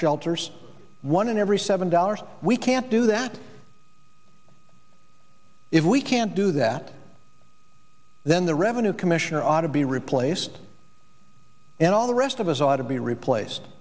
shelters one in every seven dollars we can't do that if we can't do that then the revenue commissioner ought to be replaced and all the rest of us ought to be replaced